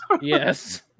Yes